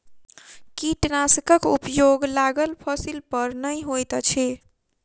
कीटनाशकक उपयोग लागल फसील पर नै होइत अछि